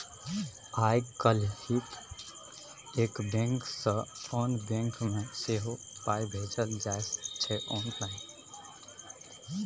आय काल्हि एक बैंक सँ आन बैंक मे सेहो पाय भेजल जाइत छै आँनलाइन